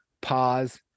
pause